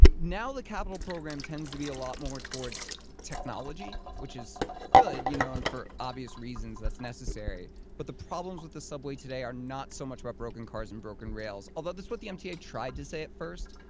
now the capital program tends to be a lot more towards technology, which is good you know and for obvious reasons that's necessary, but the problems with the subway today are not so much about broken cars and broken rails. although that's what the mta tried to say at first,